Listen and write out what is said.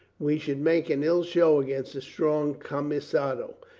we should make an ill show against a strong camisado.